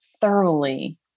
thoroughly